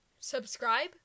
Subscribe